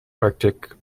arctic